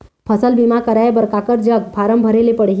फसल बीमा कराए बर काकर जग फारम भरेले पड़ही?